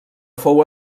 fou